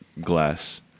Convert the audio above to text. glass